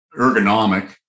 ergonomic